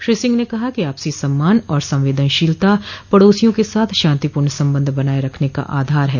श्री सिंह ने कहा कि आपसी सम्मान और संवेदनशीलता पड़ोसियों के साथ शांतिपूर्ण संबंध बनाए रखने का आधार है